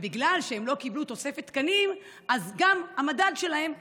ובגלל שהם לא קיבלו תוספת תקנים אז גם המדד שלהם ירד,